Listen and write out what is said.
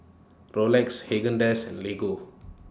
Rolex Haagen Dazs and Lego